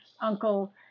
Uncle